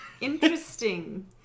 Interesting